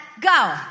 go